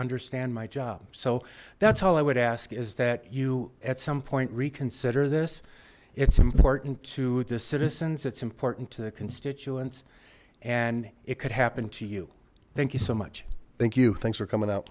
understand my job so that's all i would ask is that you at some point reconsider this it's important to the citizens it's important to the constituents and it could happen to you thank you so much thank you thanks for coming out